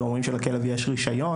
ורואים שלכלב יש רישיון,